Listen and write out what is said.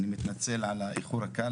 אני מתנצל על האיחור הקל,